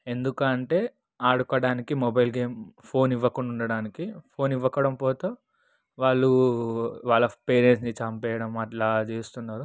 ఎందుకూ అంటే ఆడుకోవడానికి మొబైల్ గేమ్ ఫోన్ ఇవ్వకుండా ఉండటానికి ఫోన్ ఇవ్వకపోతే వాళ్ళు వాళ్ళ పేరెంట్స్ని చంపేయడం అట్లా చేస్తున్నారు